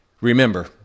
remember